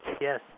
Yes